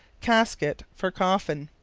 casket for coffin.